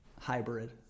hybrid